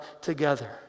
together